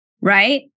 right